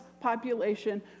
population